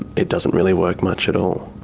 it doesn't really work much at all?